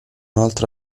altro